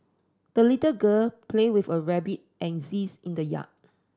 the little girl play with a rabbit and geese in the yard